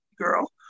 girl